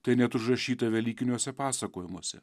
tai net užrašyta velykiniuose pasakojimuose